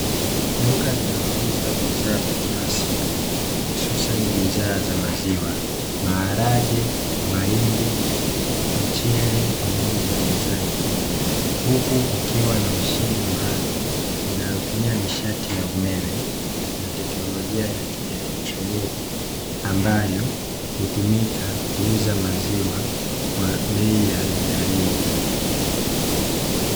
Duka linalouza bidhaa za kila siku hususan bidhaa za: maziwa, maharage, mahindi, mchele pamoja na bidhaa zingine. Huku kukiwa na mashine maalumu inayotumia nishati ya umeme, na teknolojia ya kielektroniki ambayo hutumika kuuza maziwa kwa bei ya rejareja.